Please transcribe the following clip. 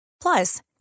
Plus